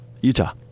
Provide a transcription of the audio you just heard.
Utah